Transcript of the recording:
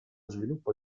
sviluppo